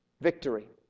Victory